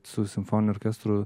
su simfoniniu orkestru